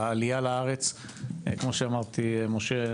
העלייה לארץ כמו שאמרתי משה,